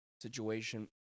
situation